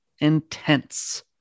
intense